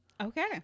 Okay